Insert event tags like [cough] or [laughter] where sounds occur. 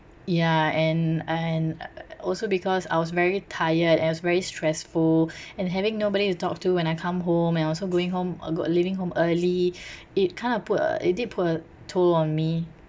ya and and a~ a~ also because I was very tired and was very stressful [breath] and having nobody to talk to when I come home and also going home uh go leaving home early [breath] it kind of put uh it did put a toll on me